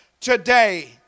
today